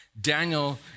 Daniel